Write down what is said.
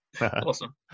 Awesome